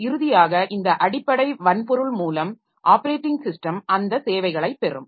இறுதியாக இந்த அடிப்படை வன்பொருள் மூலம் ஆப்பரேட்டிங் ஸிஸ்டம் அந்த சேவைகளைப் பெறும்